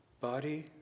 body